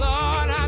Lord